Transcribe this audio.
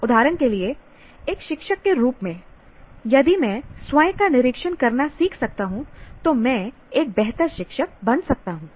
उदाहरण के लिए एक शिक्षक के रूप में "यदि मैं स्वयं का निरीक्षण करना सीख सकता हूँ तो मैं एक बेहतर शिक्षक बन सकता हूँ